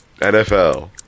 NFL